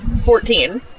fourteen